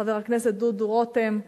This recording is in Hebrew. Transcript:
חבר הכנסת דודו רותם,